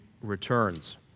returns